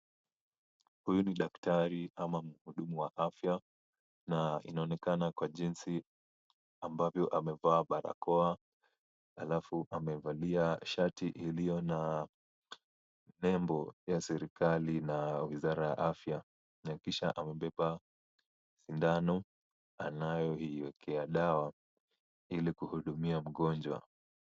Huyu ni daktari ama mhudumu wa afya na inaonekana kwa jinsi ambavyo amevaa barakoa halafu amevalia shati iliyo na nembo ya serikali na wizara ya afya na kisha amebeba sindano anayoiwekea dawa ili kuhudumia mgonjwa.